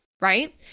right